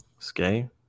Skay